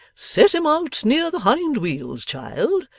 set em out near the hind wheels, child,